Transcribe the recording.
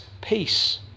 peace